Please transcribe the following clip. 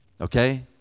Okay